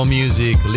music